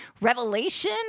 revelation